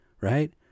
right